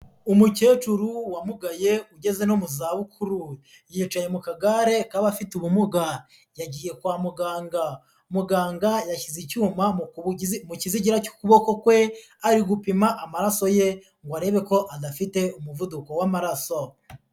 umukecuru wamugaye ugeze no mu za bukuru, yicaye mu kagare k'abafite ubumuga yagiye kwa muganga, muganga yashyize icyuma mu kizigira cy'ukuboko kwe ari gupima amaraso ye ngo arebe ko adafite umuvuduko w'amaraso.